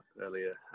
earlier